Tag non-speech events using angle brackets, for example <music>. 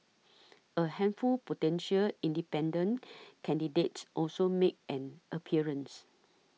a handful potential independent <noise> candidates also made an appearance